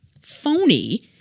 phony